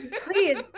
Please